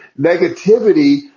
Negativity